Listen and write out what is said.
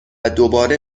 دوباره